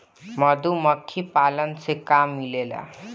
मधुमखी पालन से का मिलेला?